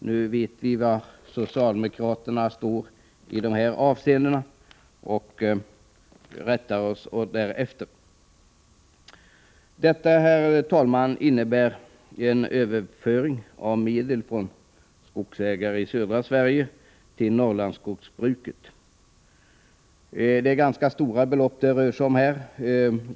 Nu vet vi var socialdemokraterna står i de här avseendena och rättar oss därefter. Herr talman! Detta innebär en överföring av medel från skogsägare i södra Sverige till Norrlandsskogsbruket, och det rör sig om ganska stora belopp.